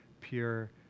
pure